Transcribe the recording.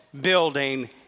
building